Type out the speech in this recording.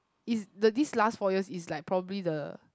is the this last four years is like probably the